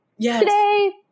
today